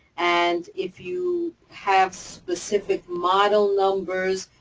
and if you have specific model numbers,